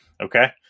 Okay